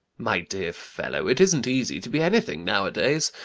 my dear fellow, it isn't easy to be anything nowadays.